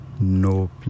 No